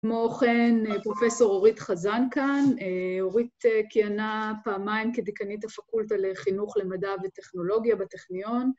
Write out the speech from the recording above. ‫כמו כן פרופ' אורית חזן כאן. ‫אורית כיהנה פעמיים כדיקנית ‫הפקולטה לחינוך למדע וטכנולוגיה בטכניון.